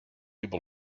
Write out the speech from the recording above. able